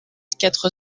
quatre